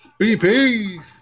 BP